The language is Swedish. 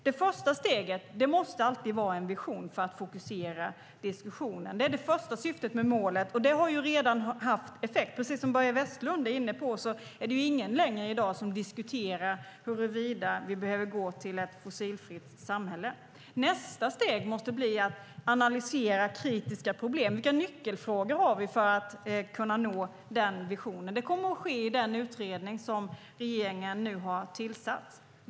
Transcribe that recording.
Det första steget måste alltid vara en vision för att fokusera diskussionen. Det är det första syftet med målet, och det har redan haft effekt. Precis som Börje Vestlund är inne på är det ju inte längre någon som i dag diskuterar huruvida vi behöver gå till ett fossilfritt samhälle. Nästa steg måste bli att analysera kritiska problem. Vilka nyckelfrågor har vi för att kunna nå den visionen? Detta kommer att ske i den utredning som regeringen nu har tillsatt.